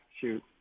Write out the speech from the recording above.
shoot